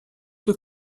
que